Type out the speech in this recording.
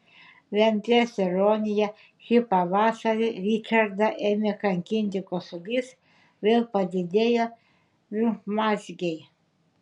lemties ironija šį pavasarį ričardą ėmė kankinti kosulys vėl padidėjo limfmazgiai